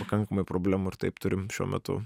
pakankamai problemų ir taip turim šiuo metu